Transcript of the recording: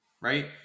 right